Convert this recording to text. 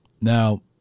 Now